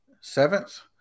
Seventh